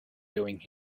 doing